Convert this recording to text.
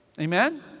Amen